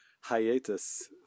hiatus